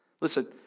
Listen